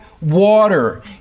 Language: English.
water